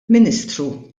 ministru